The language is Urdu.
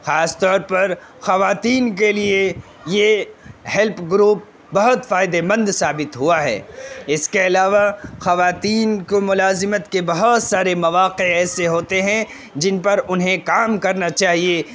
خاص طور پر خواتین کے لیے یہ ہیلپ گروپ بہت فائدے مند ثابت ہوا ہے اس کے علاوہ خواتین کو ملازمت کے بہت سارے مواقع ایسے ہوتے ہیں جن پر انہیں کام کرنا چاہیے